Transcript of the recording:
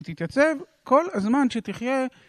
תתייצב כל הזמן שתחיה.